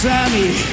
Sammy